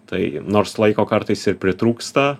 tai nors laiko kartais ir pritrūksta